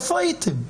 איפה הייתם?